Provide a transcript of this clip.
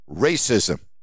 racism